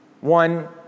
One